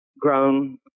grown